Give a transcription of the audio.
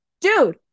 dude